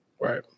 Right